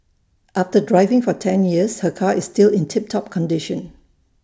after driving for ten years her car is still in tip top condition